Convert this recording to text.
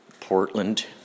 Portland